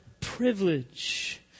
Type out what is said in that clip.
privilege